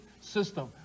system